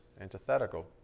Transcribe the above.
antithetical